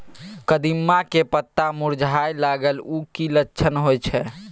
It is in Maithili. कदिम्मा के पत्ता मुरझाय लागल उ कि लक्षण होय छै?